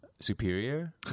superior